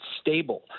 stable